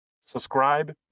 subscribe